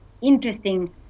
interesting